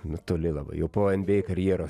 nu toli labai jau po nba karjeros